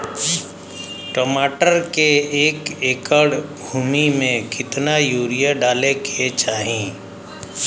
टमाटर के एक एकड़ भूमि मे कितना यूरिया डाले के चाही?